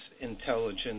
Intelligence